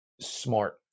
smart